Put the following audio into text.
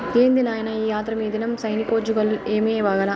ఏంది నాయినా ఈ ఆత్రం, ఈదినం సైనికోజ్జోగాలు ఏమీ బాగాలా